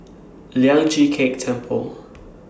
Lian Chee Kek Temple